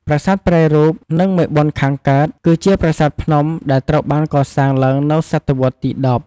ប្រាសាទប្រែរូប និងមេបុណ្យខាងកើត គឺជាប្រាសាទភ្នំ ដែលត្រូវបានកសាងឡើងនៅសតវត្សរ៍ទី ១០។